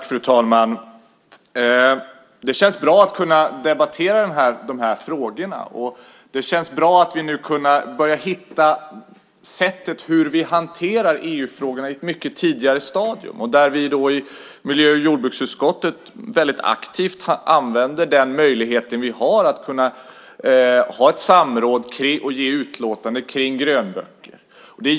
Fru talman! Det känns bra att kunna debattera de här frågorna, och det känns bra att vi börjar hitta ett sätt att hantera EU-frågorna på ett mycket tidigare stadium. I miljö och jordbruksutskottet använder vi aktivt den möjlighet som finns att ha samråd och ge utlåtanden om grönböcker.